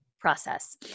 process